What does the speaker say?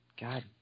God